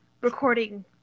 recording